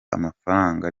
amafaranga